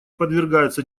подвергаются